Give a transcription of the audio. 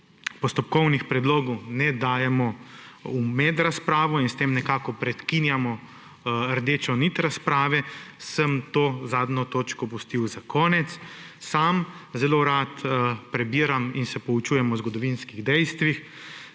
postopkovnih predlogov ne dajemo med razpravo in s tem nekako prekinjamo rdečo nit razprave, sem to zadnjo točko pustil za konec. Sam zelo rad prebiram in se poučujem o zgodovinskih dejstvih,